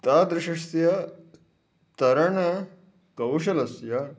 तादृशस्य तरणकौशलस्य